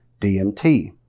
DMT